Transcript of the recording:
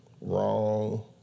wrong